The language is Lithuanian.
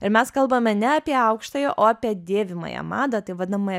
ir mes kalbame ne apie aukštąją o apie dėvimąją madą taip vadinamąją